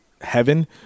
heaven